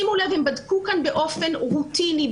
הם בדקו כאן באופן רוטיני,